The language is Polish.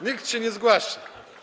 Nikt się nie zgłasza.